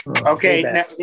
Okay